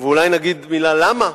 ואולי נגיד מלה למה.